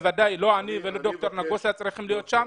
בוודאי לא אני ולא דוקטור נגוסה צריכים להיות שם,